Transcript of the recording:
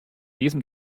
diesem